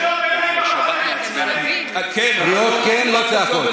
כן, אבל לא, אמירות כן, לא צעקות.